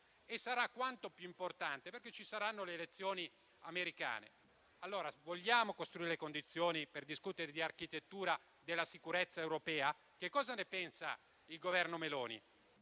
e sarà quanto più importante perché ci saranno le elezioni americane. Vogliamo costruire le condizioni per discutere di architettura della sicurezza europea, cosa ne pensa il Governo Meloni?